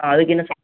ஆ அதுக்கு என்ன சார்